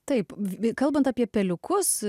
taip bei kalbant apie peliukus